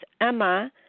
emma